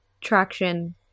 traction